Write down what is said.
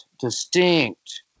distinct